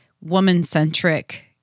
woman-centric